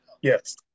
Yes